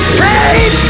pain